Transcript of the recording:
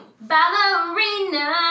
Ballerina